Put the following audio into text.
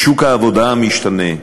שוק העבודה המשתנה.